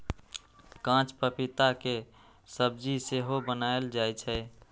कांच पपीता के सब्जी सेहो बनाएल जाइ छै